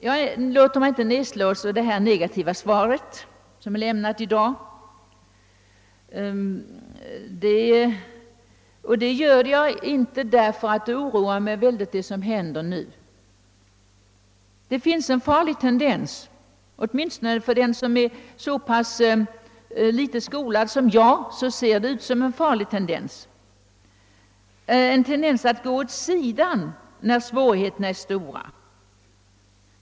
Jag låter mig inte nedslås av det negativa svar, jag har fått i dag, och det av den anledningen, att det som händer oroar mig mycket. Det finns en farlig tendens — åtminstone för mej ser det ut som en farlig tendens — att gå åt sidan, när svårigheterna är stora.